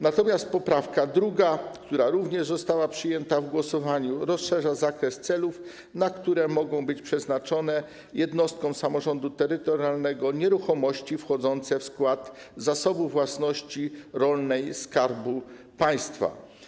Natomiast poprawka druga, która również została przyjęta w głosowaniu, rozszerza zakres celów, na które mogą być przekazane jednostkom samorządu terytorialnego nieruchomości wchodzące w skład Zasobu Własności Rolnej Skarbu Państwa.